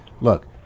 look